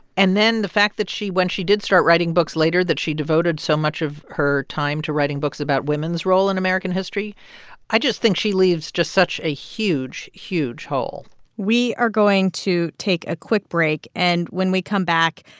and then the fact that she when she did start writing books later that she devoted so much of her time to writing books about women's role in american history i just think she leaves just such a huge, huge hole we are going to take a quick break. and when we come back,